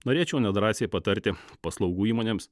norėčiau nedrąsiai patarti paslaugų įmonėms